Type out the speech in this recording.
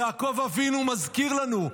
יעקב אבינו מזכיר לנו: